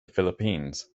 philippines